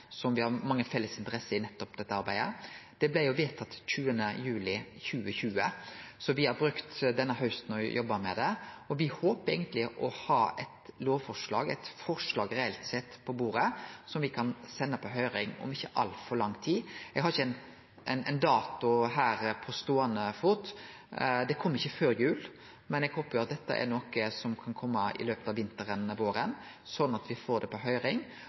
som me har mange felles interesser med i nettopp dette arbeidet. Det blei vedtatt 20. juli 2020, så me har brukt denne hausten på å jobbe med det. Me håpar eigentleg å ha eit lovforslag, eit forslag reelt sett på bordet, som me kan sende på høyring om ikkje altfor lang tid. Eg har ikkje ein dato her på ståande fot. Det kjem ikkje før jul, men eg håpar at dette er noko som kan kome i løpet av vinteren eller våren, slik at me får det på høyring.